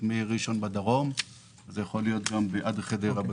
מראשון לציון בדרום ועד חדרה בצפון.